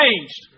changed